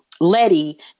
Letty